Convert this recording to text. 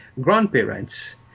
grandparents